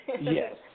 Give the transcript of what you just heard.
Yes